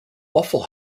waffle